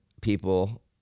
people